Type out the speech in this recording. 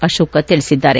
ಅಶೋಕ ತಿಳಿಸಿದ್ದಾರೆ